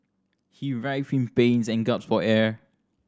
he writhed in pain and gasped for air